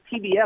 TBS